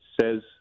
says